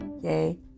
yay